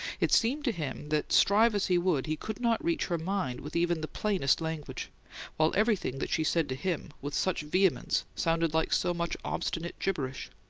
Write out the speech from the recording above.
it seemed to him that, strive as he would, he could not reach her mind with even the plainest language while everything that she said to him, with such vehemence, sounded like so much obstinate gibberish.